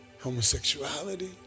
homosexuality